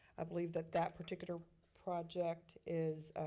i believe that that particular project is